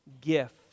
gift